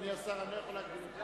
אדוני השר, אני לא יכול להגביל אותך.